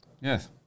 Yes